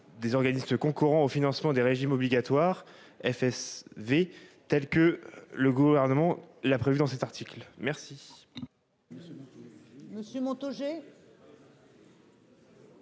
des organismes concourant au financement des régimes obligatoires F. S. V. tels que le gouvernement l'prévu dans cet article, merci.